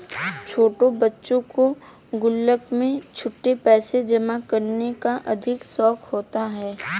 छोटे बच्चों को गुल्लक में छुट्टे पैसे जमा करने का अधिक शौक होता है